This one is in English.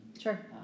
sure